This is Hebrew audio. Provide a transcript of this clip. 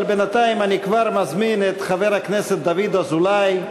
אבל בינתיים אני כבר מזמין את חבר הכנסת דוד אזולאי.